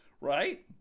Right